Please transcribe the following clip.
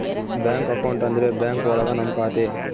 bank account ಅಂದ್ರೆ bank ಒಳಗ ನಮ್ ಖಾತೆ